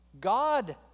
God